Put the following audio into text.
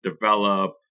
Develop